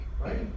right